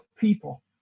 people